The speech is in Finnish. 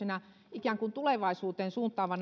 ikään kuin tulevaisuuteen suuntaava